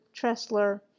Tressler